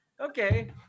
okay